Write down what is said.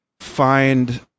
find